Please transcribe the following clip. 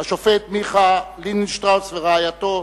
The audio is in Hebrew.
השופט מיכה לינדנשטראוס, ורעייתו,